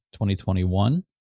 2021